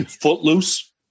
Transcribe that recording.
Footloose